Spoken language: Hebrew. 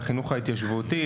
לחינוך ההתיישבותי.